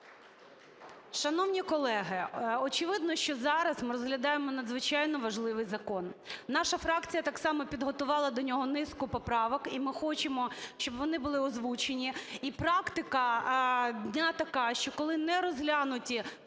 Шановні колеги, очевидно, що зараз ми розглядаємо надзвичайно важливий закон. Наша фракція так само підготувала до нього низку поправок. І ми хочемо, щоб вони були озвучені. І практика дня така, що коли не розглянуті